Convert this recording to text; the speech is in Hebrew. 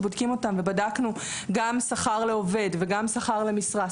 ובדקנו גם שכר לעובד וגם שכר למשרה,